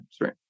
right